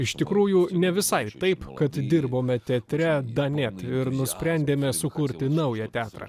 iš tikrųjų ne visai taip kad dirbome teatre da nėt ir nusprendėme sukurti naują teatrą